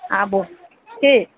आबू ठीक